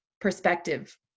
perspective